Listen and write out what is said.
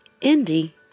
Indy